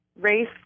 race